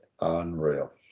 unreal